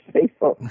people